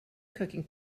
cooking